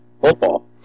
football